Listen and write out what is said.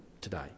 today